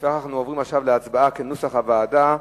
בעד, 3, נגד,